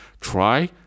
Try